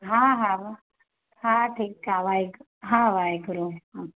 हा हा हा हा ठीकु आहे वाहेगुरू हा वाहेगुरू हा